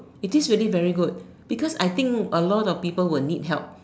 it is very good because I think a lot of people would need help